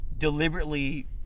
deliberately